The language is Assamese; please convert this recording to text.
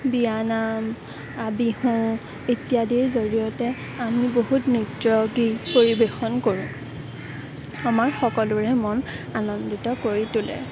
বিয়ানাম বিহু ইত্যাদিৰ জৰিয়তে আমি বহুত নৃত্য গীত পৰিৱেশন কৰোঁ আমাৰ সকলোৰে মন আনন্দিত কৰি তোলে